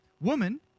Woman